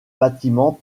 bâtiment